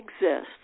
exists